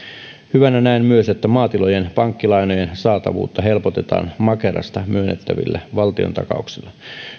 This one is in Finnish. hyvänä näen myös sen että maatilojen pankkilainojen saatavuutta helpotetaan makerasta myönnettävillä valtiontakauksilla